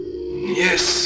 Yes